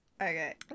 Okay